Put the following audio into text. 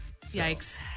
Yikes